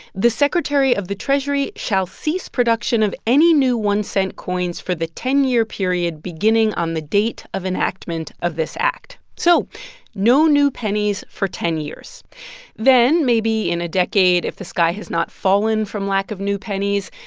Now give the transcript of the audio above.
the secretary of the treasury shall cease production of any new one cent coins for the ten year period beginning on the date of enactment of this act so no new pennies for ten years then, maybe in a decade, if the sky has not fallen from lack of new pennies,